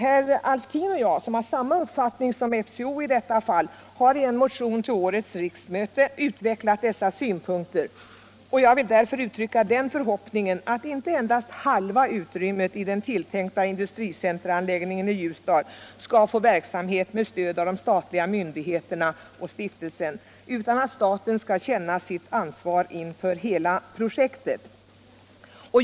Herr Alftin och jag, som i detta fall har samma uppfattning som FCO, har i en motion till årets riksmöte utvecklat dessa synpunkter. Jag vill därför uttrycka den förhoppningen att inte endast halva utrymmet i den tänkta industricenteranläggningen i Ljusdal skall få verksamhet med stöd av de statliga myndigheterna och stiftelsen utan att staten skall känna sitt ansvar för hela projektet.